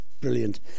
Brilliant